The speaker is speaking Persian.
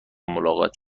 ملاقات